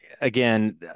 again